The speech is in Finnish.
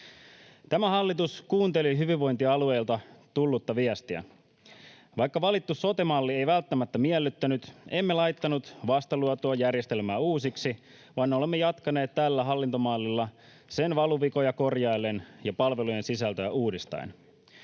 Tämä hallitus kuunteli hyvinvointialueilta tullutta viestiä. Vaikka valittu sote-malli ei välttämättä miellyttänyt, emme laittaneet vasta luotua järjestelmää uusiksi, vaan olemme jatkaneet tällä hallintomallilla sen valuvikoja korjaillen ja palvelujen sisältöä uudistaen.